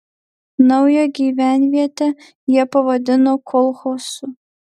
naują gyvenvietę jie pavadino kolchozu